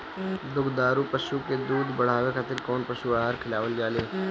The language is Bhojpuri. दुग्धारू पशु के दुध बढ़ावे खातिर कौन पशु आहार खिलावल जाले?